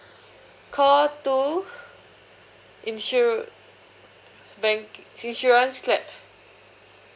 call two insure bank insurance clap